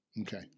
Okay